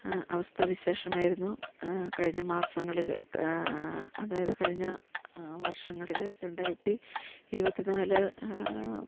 അവസ്ഥാ വിശേഷമായിരുന്നു കഴിഞ്ഞ മാസങ്ങളിൽ അതായത് കഴിഞ്ഞ വർഷങ്ങളിൽ രണ്ടായിരത്തി ഇരുപത്തി നാല്